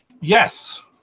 Yes